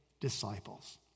disciples